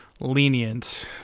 Lenient